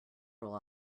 roll